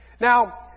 Now